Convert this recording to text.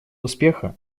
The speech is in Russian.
успеха